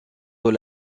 dans